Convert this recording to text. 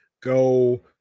go